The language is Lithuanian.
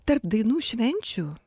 tarp dainų švenčių